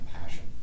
compassion